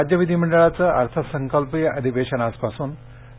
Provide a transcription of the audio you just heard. राज्य विधिमंडळाचं अर्थसंकल्पीय अधिवेशन आजपासुन